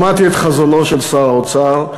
שמעתי את חזונו של שר האוצר.